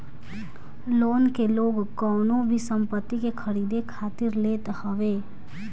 loan के लोग कवनो भी संपत्ति के खरीदे खातिर लेत हवे